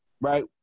right